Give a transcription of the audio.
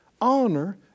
honor